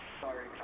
Sorry